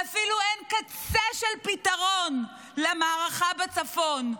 ואפילו אין קצה של פתרון למערכה בצפון.